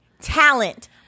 talent